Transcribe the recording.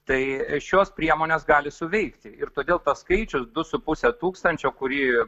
tai šios priemonės gali suveikti ir todėl tas skaičius du su puse tūkstančio kurį